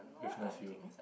with no fuel